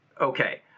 Okay